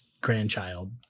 grandchild